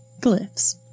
glyphs